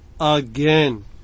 again